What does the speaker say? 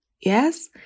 Yes